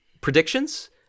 predictions